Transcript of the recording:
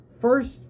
First